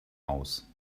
aus